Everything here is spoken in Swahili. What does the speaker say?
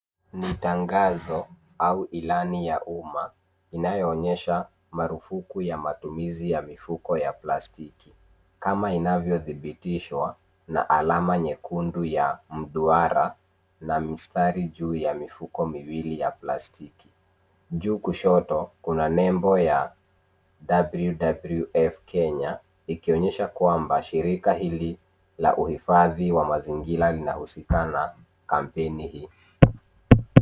Ni tangazo au ilani ya umma inayoonyesha marufuku ya matumizi ya mifuko ya plastiki. Kama inavyodhibitishwa na alama nyekundu ya mduara na mstari juu ya mifuko miwili ya plastiki. Juu kushoto, kuna nembo ya WWF Kenya, ikionyesha kwamba shirika hili la uhifadhi wa mazingira linahusika na kampeni hii.